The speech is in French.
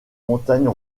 montagnes